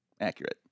accurate